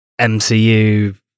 MCU